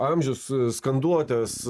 amžius skanduotės